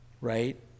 right